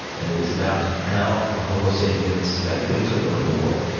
and it is about how the homo-sapiens effectively took over the world.